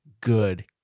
good